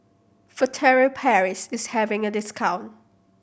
Furtere Paris is having a discount